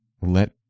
let